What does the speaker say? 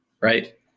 right